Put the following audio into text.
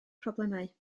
problemau